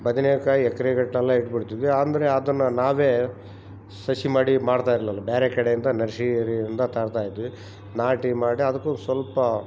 ಬದನೆಕಾಯಿ ಎಕರೆಗಟ್ಟಲೆ ಇಟ್ಟುಬಿಡ್ತಿದ್ವಿ ಅಂದರೆ ಅದನ್ನು ನಾವೆ ಸಸಿ ಮಾಡಿ ಮಾಡ್ತಾಯಿರಲಿಲ್ಲ ಬೇರೆ ಕಡೆಯಿಂದ ನರ್ಸಯರಿಂದ ತರ್ತಾಯಿದ್ವಿ ನಾಟಿ ಮಾಡಿ ಅದಕ್ಕು ಸ್ವಲ್ಪ